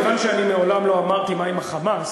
כיוון שאני מעולם לא אמרתי "מה אם ה'חמאס'",